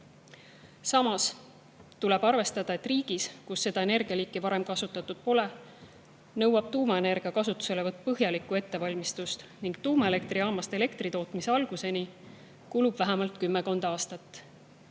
Samas tuleb arvestada, et riigis, kus seda liiki energiat varem kasutatud pole, nõuab tuumaenergia kasutuselevõtt põhjalikku ettevalmistust ning tuumaelektrijaamast elektri tootmise alguseni kulub vähemalt kümmekond aastat.